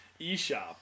eShop